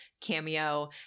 cameo